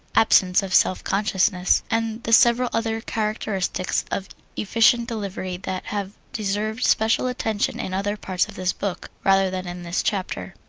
absence of self-consciousness, and the several other characteristics of efficient delivery that have deserved special attention in other parts of this book rather than in this chapter.